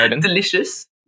delicious